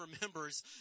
remembers